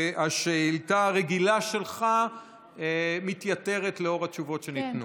והשאילתה הרגילה שלך מתייתרת לאור התשובות שניתנו.